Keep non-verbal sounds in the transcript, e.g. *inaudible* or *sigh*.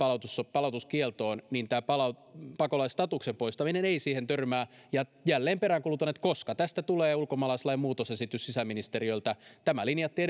palautuskieltoon niin tämä pakolaisstatuksen poistaminen ei siihen törmää ja jälleen peräänkuulutan koska tästä tulee ulkomaalaislain muutosesitys sisäministeriöltä tämä linjattiin *unintelligible*